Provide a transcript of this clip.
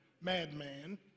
madman